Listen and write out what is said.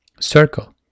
circle